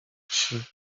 wsi